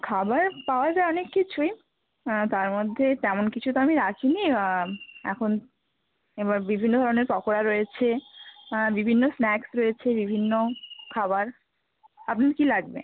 খাবার পাওয়া যায় অনেক কিছুই তার মধ্যে তেমন কিছু তো আমি রাখিনি এখন এবার বিভিন্ন ধরনের পকোড়া রয়েছে বিভিন্ন স্ন্যাক্স রয়েছে বিভিন্ন খাবার আপনার কী লাগবে